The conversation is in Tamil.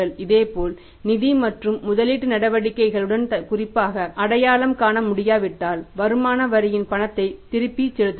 இதேபோல் நிதி மற்றும் முதலீட்டு நடவடிக்கைகளுடன் குறிப்பாக அடையாளம் காண முடியாவிட்டால் வருமான வரியின் பணத்தைத் திருப்பிச் செலுத்துதல்